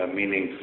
meaning